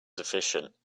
efficient